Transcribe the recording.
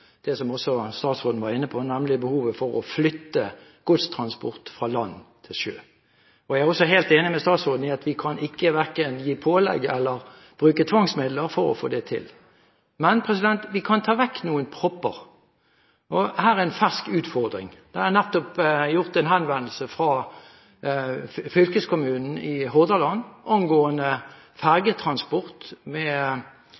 det som også statsråden var inne på, nemlig behovet for å flytte godstransport fra land til sjø. Jeg er også helt enig med statsråden i at vi verken kan gi pålegg eller bruke tvangsmidler for å få det til, men vi kan ta vekk noen propper. Her er en fersk utfordring: Det er nettopp gjort en henvendelse fra fylkeskommunen i Hordaland